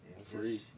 Free